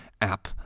app